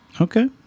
Okay